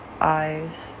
eyes